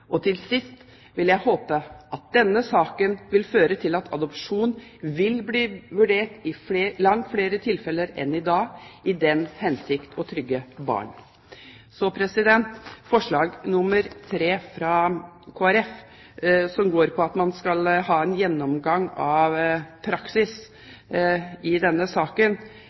Til sist: Jeg vil håpe at denne saken vil føre til at adopsjon vil bli vurdert i langt flere tilfeller enn i dag, i den hensikt å trygge barn. Så til forslag nr. 3, fra Kristelig Folkeparti, som går på at man skal ha en gjennomgang av praksis i denne saken.